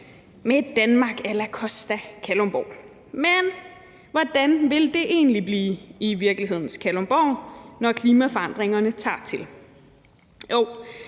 med et Danmark a la Costa Kalundborg. Men hvordan vil det egentlig blive i virkelighedens Kalundborg, når klimaforandringerne tager til? Jo,